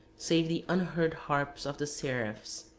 save the unheard harps of the seraphs.